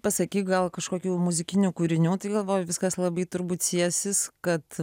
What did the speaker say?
pasakyk gal kažkokių muzikinių kūrinių tai galvoje viskas labai turbūt siesis kad